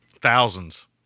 Thousands